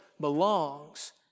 belongs